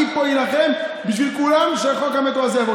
אני פה אילחם בשביל כולם שחוק המטרו הזה יעבור,